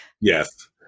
Yes